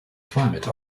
climate